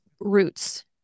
roots